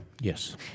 Yes